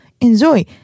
Enjoy